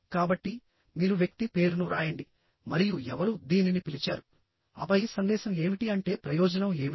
కాబట్టి మీరు వ్యక్తి పేరును వ్రాయండి మరియు ఎవరు దీనిని పిలిచారు ఆపై సందేశం ఏమిటి అంటే ప్రయోజనం ఏమిటి